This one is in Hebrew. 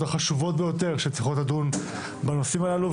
החשובות ביותר שצריכות לדון בנושאים הללו,